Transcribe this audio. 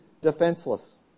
defenseless